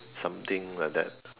something like that